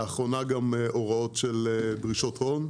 לאחרונה גם הוראות של דרישות הון,